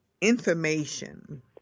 information